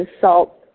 salt